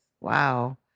wow